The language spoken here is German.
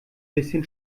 bisschen